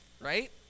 right